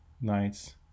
nights